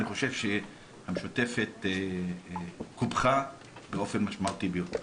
אני חושב שהמשותפת קופחה באופן משמעותי ביותר.